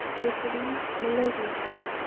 whistling melodiously,